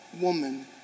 woman